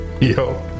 Yo